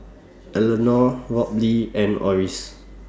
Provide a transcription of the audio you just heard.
Elenor Robley and Oris